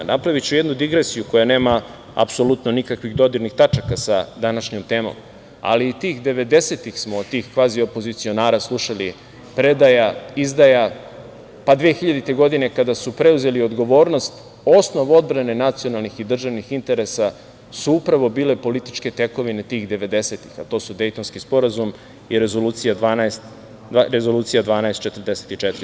Napraviću jednu digresiju koja nema apsolutno nikakvih dodirnih tačaka sa današnjom temom, ali i tih 90-ih smo od tih kvazi opozicionara slušali - predaja, izdaja, pa 2000. godine kada su preuzeli odgovornost, osnov odbrane nacionalnih i državnih interesa su upravo bile političke tekovine tih 90-ih, a to su Dejtonski sporazum i Rezolucija 1244.